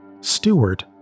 Stewart